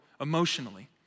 emotionally